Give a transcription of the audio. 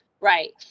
right